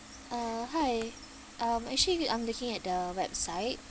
uh hi um actually we I'm looking at the website